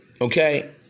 Okay